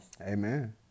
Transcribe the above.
Amen